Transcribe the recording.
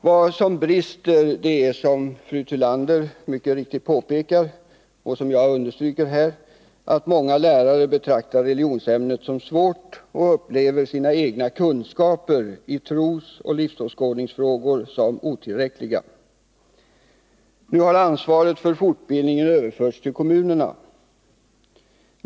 Vad som brister är — som fru Tillander mycket riktigt påpekar och som jag understryker här — att många lärare betraktar religionsämnet som svårt och upplever sina egna kunskaper i trosoch livsåskådningsfrågor som otillräckliga. Nu har ansvaret för fortbildningen överförts till kommunerna.